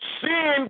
Sin